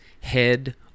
head